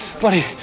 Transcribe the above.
buddy